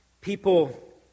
people